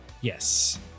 Yes